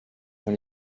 dans